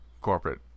corporate